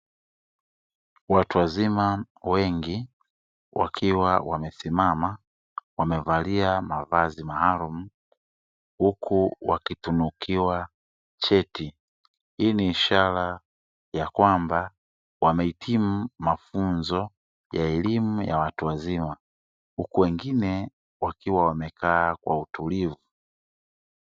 Watu wazima wengi wakiwa wamesimama wamevalia mavazi maalumu uku wakitunukiwa cheti. Hii ni ishara ya kwamba wamehitimu mafunzo ya elimu ya watu wazima, huku wengine wakiwa wamekaa kwa utulivu.